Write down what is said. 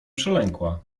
przelękła